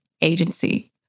agency